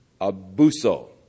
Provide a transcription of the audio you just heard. abuso